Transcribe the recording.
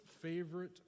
favorite